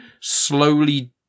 slowly